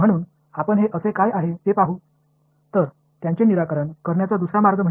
எனவே நாம் அவற்றிற்கு செல்லும்போது அவை என்னவென்று பார்ப்போம்